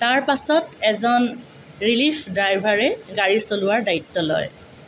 তাৰ পাছত এজন ৰিলিফ ড্ৰাইভাৰে গাড়ী চলোৱাৰ দায়িত্ব লয়